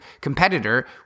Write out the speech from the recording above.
competitor